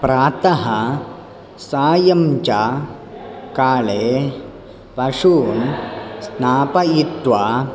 प्रातः सायं च काले पशून् स्नापयित्वा